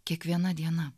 kiekviena diena